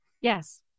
Yes